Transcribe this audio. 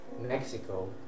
Mexico